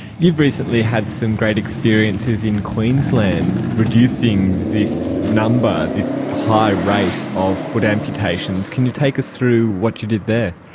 you've recently had some great experiences in queensland reducing this number, this high of foot amputations. can you take us through what you did there?